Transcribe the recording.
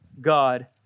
God